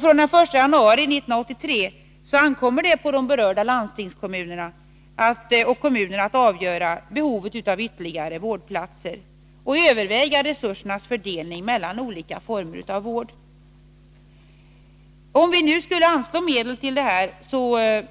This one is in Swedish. Från den 1 januari 1983 ankommer det på de berörda landstingskommunerna och kommunerna att avgöra behovet av ytterligare vårdplatser och överväga resursernas fördelning mellan olika former av vård. Om vi nu skulle anslå ytterligare medel,